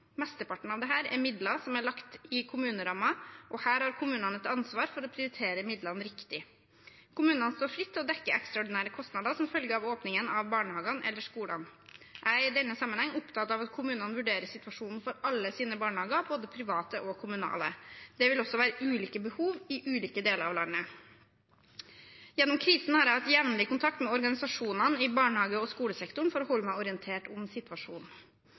Mesteparten av dette er midler som er lagt i kommunerammen, og her har kommunene et ansvar for å prioritere midlene riktig. Kommunene står fritt til å dekke ekstraordinære kostnader som følge av åpningen av barnehagene eller skolene. Jeg er i denne sammenheng opptatt av at kommunene vurderer situasjonen for alle sine barnehager, både private og kommunale. Det vil også være ulike behov i ulike deler av landet. Gjennom krisen har jeg hatt jevnlig kontakt med organisasjonene i barnehage- og skolesektoren for å holde meg orientert om situasjonen.